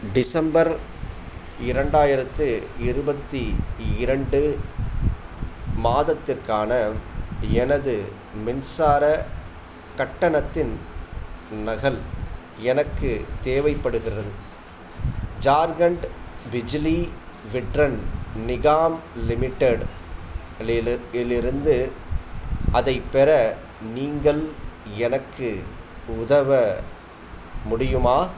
December இரண்டாயிரத்து இருபத்தி இரண்டு மாதத்திற்கான எனது மின்சார கட்டணத்தின் நகல் எனக்கு தேவைப்படுகிறது ஜார்கண்ட் பிஜிலி விட்ரன் நிகாம் லிமிடெட் லிலு இல் இருந்து அதை பெற நீங்கள் எனக்கு உதவ முடியுமா